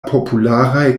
popularaj